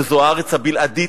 שזו הארץ הבלעדית,